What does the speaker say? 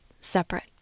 separate